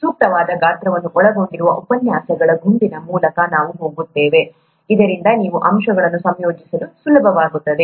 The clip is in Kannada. ಸೂಕ್ತವಾದ ಗಾತ್ರವನ್ನು ಒಳಗೊಂಡಿರುವ ಉಪನ್ಯಾಸಗಳ ಗುಂಪಿನ ಮೂಲಕ ನಾವು ಹೋಗುತ್ತೇವೆ ಇದರಿಂದ ನೀವು ಅಂಶಗಳನ್ನು ಸಂಯೋಜಿಸಲು ಸುಲಭವಾಗುತ್ತದೆ